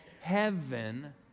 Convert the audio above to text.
heaven